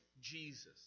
Jesus